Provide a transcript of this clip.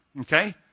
okay